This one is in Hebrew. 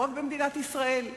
ולא רק במדינת ישראל,